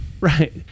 Right